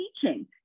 teaching